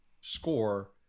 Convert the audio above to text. score